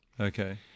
Okay